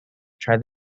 try